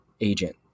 agent